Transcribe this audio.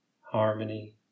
harmony